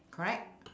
correct